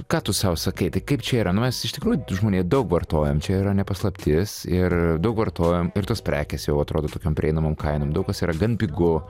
ką tu sau sakai tai kaip čia yra nu mes iš tikrųjų žmonija daug vartojam čia yra ne paslaptis ir daug vartojam ir tos prekės jau atrodo tokiam prieinamom kainom daug kas yra gan pigu